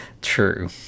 true